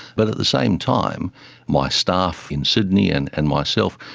but at the same time my staff in sydney and and myself,